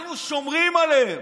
אנחנו שומרים עליהם,